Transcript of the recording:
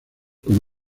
con